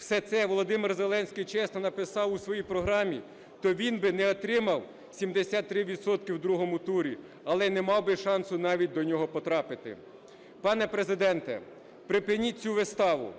все це Володимир Зеленський чесно написав в своїй програмі, то він би не отримав 73 відсотки в другому турі, але і не мав би шансу навіть до нього потрапити. Пане Президенте, припиніть цю виставу.